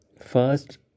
First